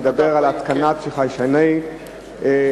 מדברת על התקנה של חיישני בטיחות